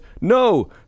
No